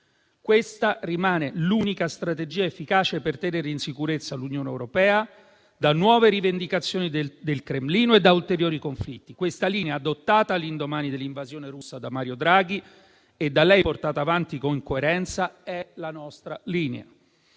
Questa rimane l'unica strategia efficace per tenere in sicurezza l'Unione europea da nuove rivendicazioni del Cremlino e da ulteriori conflitti. Questa linea, adottata all'indomani dell'invasione russa da Mario Draghi e da lei portata avanti con coerenza, è la nostra linea.